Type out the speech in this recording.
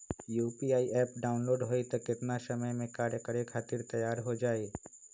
UPI app download होई त कितना समय मे कार्य करे खातीर तैयार हो जाई?